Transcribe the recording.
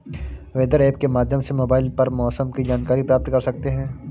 weather app के माध्यम से मोबाइल पर मौसम की जानकारी प्राप्त कर सकते हैं